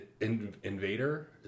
Invader